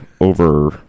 over